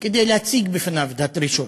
כדי להציג בפניו את הדרישות.